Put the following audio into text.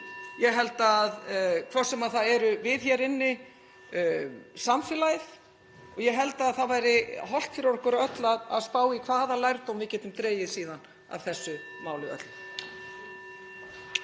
Ég held, hvort sem það erum við hér inni eða samfélagið, að það væri hollt fyrir okkur öll að spá í hvaða lærdóm við getum dregið síðan af þessu máli öllu.